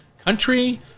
Country